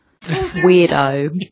weirdo